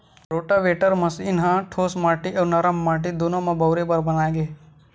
rotavator machine ह ठोस माटी अउ नरम माटी दूनो म बउरे बर बनाए गे हे